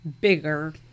bigger